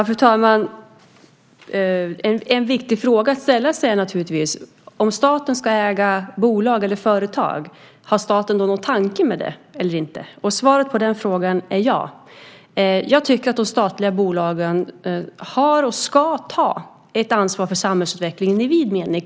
Fru talman! En viktig fråga att ställa sig är naturligtvis: Om staten ska äga bolag eller företag, har staten då någon tanke med det? Svaret på den frågan är ja. Jag tycker att de statliga bolagen har och ska ta ett ansvar för samhällsutvecklingen i vid mening.